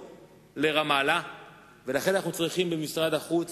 אדוני היושב-ראש,